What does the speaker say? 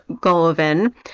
Golovin